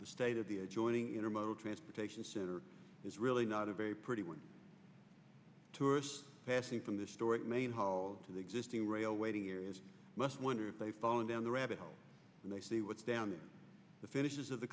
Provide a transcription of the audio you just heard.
the state of the adjoining intermodal transportation center is really not a very pretty one tourists passing from the store at main hall to the existing rail waiting areas must wonder if they fallen down the rabbit hole when they see what's down in the finishes of the